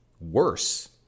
worse